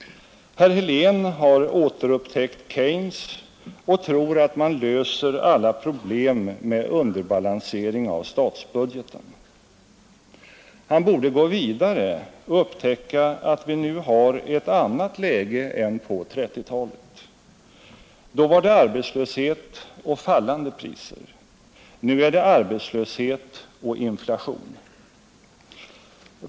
Herr Helén har återupptäckt Keynes och tror att man löser alla problem med underbalansering av statsbudgeten. Han borde gå vidare och upptäcka att vi nu har ett annat läge än på 1930-talet. Då var det arbetslöshet och fallande priser, nu är det arbetslöshet och inflation.